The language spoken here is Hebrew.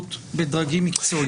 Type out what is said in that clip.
הסבירות בדרגים מקצועיים.